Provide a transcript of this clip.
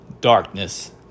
darkness